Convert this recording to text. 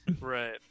Right